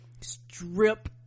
strip